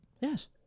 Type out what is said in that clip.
Yes